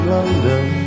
London